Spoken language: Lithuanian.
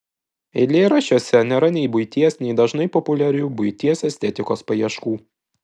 eilėraščiuose nėra nei buities nei dažnai populiarių buities estetikos paieškų